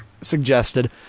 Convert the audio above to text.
suggested